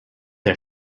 der